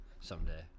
Someday